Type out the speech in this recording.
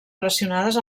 relacionades